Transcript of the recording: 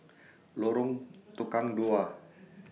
Lorong Tukang Dua